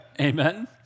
Amen